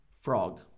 frog